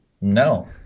No